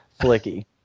Flicky